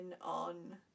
on